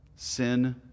Sin